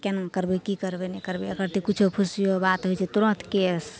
केना करबय की करबय नहि करबय एकर तऽ कुछो फुसियो बात होइ छै तुरन्त केस